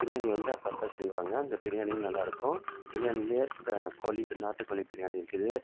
பிரியாணி வந்து அப்பப்போ செய்வாங்க அந்த பிரியாணி நல்லா இருக்கும் பிரியாணிலேயே க கோழி பி நாட்டுக்கோழி பிரியாணி இருக்குது